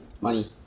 Money